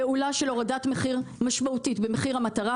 פעולה של הורדת מחיר משמעותית במחיר המטרה,